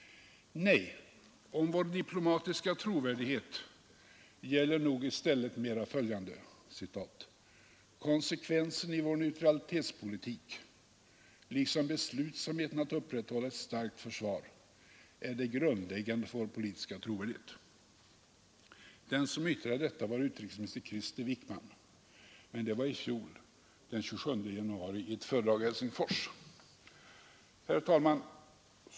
Nej, om vår diplomatiska trovärdighet gäller nog i stället följande: ”Konsekvensen i vår neutralitetspolitik liksom beslutsamheten att upprätthålla ett starkt försvar är det grundläggande för vår politiska trovärdighet.” Den som yttrade detta var utrikesminister Krister Wickman — men det var i fjol, den 27 januari, i ett föredrag i Helsingfors. Herr talman!